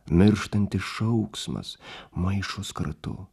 mirštantis šauksmas maišos kratu